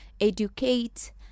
educate